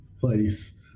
place